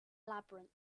labyrinth